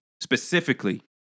specifically